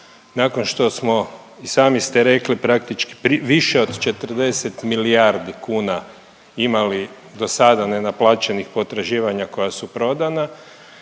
nakon što smo i sami ste rekli praktički više od 40 milijardi kuna imali do sada nenaplaćenih potraživanja koja su prodana.